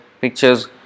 pictures